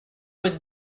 was